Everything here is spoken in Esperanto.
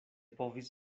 povis